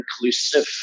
inclusive